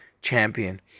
champion